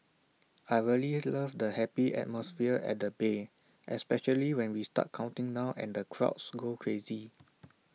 I really love the happy atmosphere at the bay especially when we start counting down and the crowds go crazy